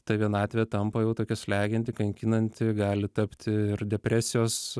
ta vienatvė tampa jau tokia slegianti kankinanti gali tapti ir depresijos